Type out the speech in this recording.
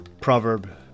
proverb